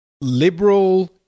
liberal